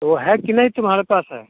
वह है कि नहीं तुम्हारे पास है